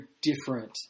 different